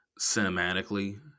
cinematically